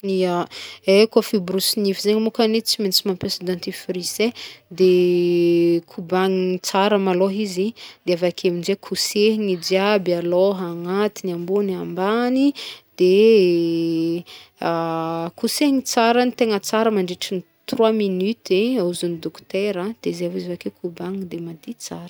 Yah, e koafa hiborosy nify zegny môkany tsy maintsy mampiasa dentifrisy e, de kobagniny tsara malô izy de avake aminjay kosehigny i jiaby, alôha, agnatiny, ambony, ambany, de kosehigny tsara ny tegna tsara mandritry ny trois minutes e ozy ny dokotera an de zay vao izy ki- kobagniny de madio tsara.